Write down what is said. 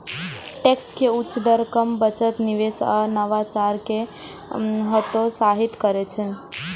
tax के उच्च दर काम, बचत, निवेश आ नवाचार कें हतोत्साहित करै छै